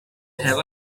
have